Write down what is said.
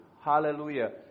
hallelujah